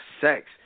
sex